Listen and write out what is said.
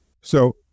So-